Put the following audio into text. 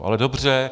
Ale dobře.